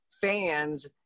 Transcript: fans